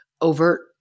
overt